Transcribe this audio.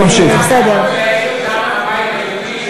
בבקשה.